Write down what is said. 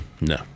No